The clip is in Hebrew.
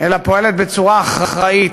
אלא פועלת בצורה אחראית,